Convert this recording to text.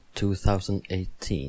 2018